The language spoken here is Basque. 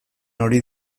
hori